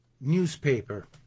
Newspaper